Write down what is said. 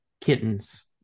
kittens